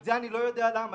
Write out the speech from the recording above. אני לא יודע למה.